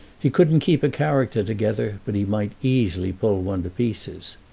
he couldn't keep a character together, but he might easily pull one to pieces.